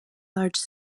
large